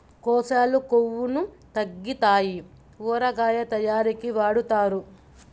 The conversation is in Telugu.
కేశాలు కొవ్వును తగ్గితాయి ఊరగాయ తయారీకి వాడుతారు